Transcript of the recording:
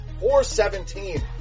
417